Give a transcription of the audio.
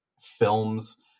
films